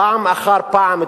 פעם אחר פעם,